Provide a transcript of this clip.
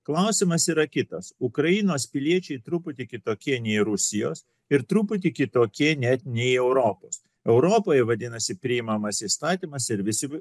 klausimas yra kitas ukrainos piliečiai truputį kitokie nei rusijos ir truputį kitokie net nei europos europoje vadinasi priimamas įstatymas ir visi